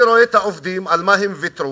אני רואה את העובדים, על מה הם ויתרו.